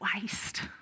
waste